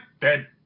dead